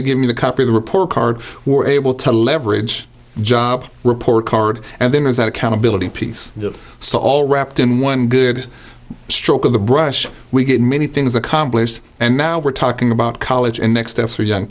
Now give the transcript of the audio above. they give me the copy of the report card we're able to leverage job report card and then there's that accountability piece so all wrapped in one good stroke of the brush we get many things accomplished and now we're talking about college